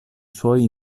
suoi